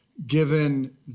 Given